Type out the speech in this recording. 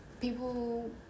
people